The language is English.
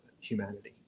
humanity